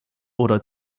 oder